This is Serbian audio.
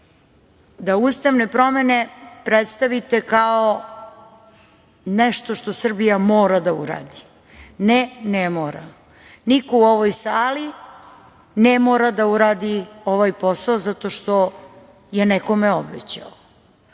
da ustavne promene predstavite kao nešto što Srbija mora da uradi. Ne, ne mora. Niko u ovoj sali ne mora da uradi ovaj posao zato što je nekome obećao. Kao